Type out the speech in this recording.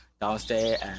downstairs